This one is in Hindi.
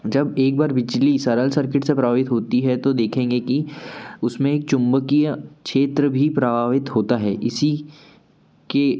जब एक बार बिजली सरल सर्किट से प्रवाहित होती है तो देखेंगे कि उसमें एक चुंबकीय क्षेत्र भी प्रवावित होता है इसी के